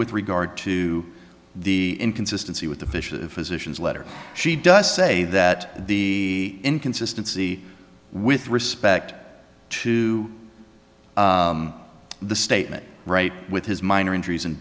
with regard to the inconsistency with official physician's letter she does say that the inconsistency with respect to the statement right with his minor injuries and